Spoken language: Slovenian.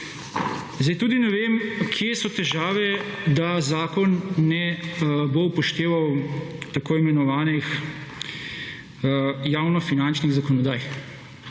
Zdaj tudi ne vem kje so težave, da zakon ne bo upošteval tako imenovanih javnofinančnih zakonodaj.